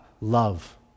love